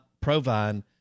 Provine